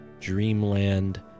Dreamland